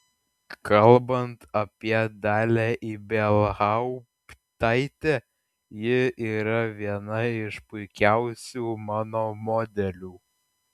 kalbant apie dalią ibelhauptaitę ji yra viena iš puikiausių mano modelių